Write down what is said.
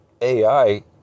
AI